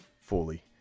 fully